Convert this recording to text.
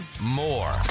more